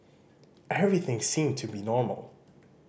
everything seemed to be normal